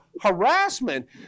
harassment